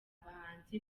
abahanzi